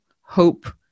hope